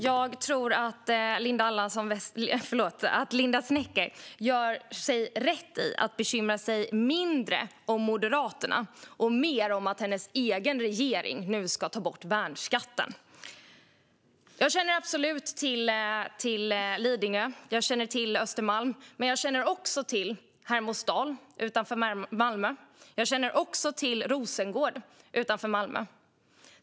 Herr talman! Jag tror att Linda Snecker gör rätt i att bekymra sig mindre om Moderaterna och mer om att hennes egen regering nu ska ta bort värnskatten. Jag känner absolut till Lidingö och Östermalm, men jag känner också till Hermodsdal och Rosengård utanför Malmö.